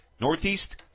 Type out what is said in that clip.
Northeast